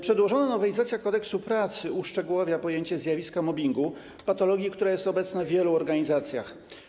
Przedłożona nowelizacja Kodeksu pracy uszczegóławia pojęcie zjawiska mobbingu, patologii, która jest obecna w wielu organizacjach.